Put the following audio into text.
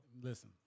Listen